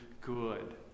good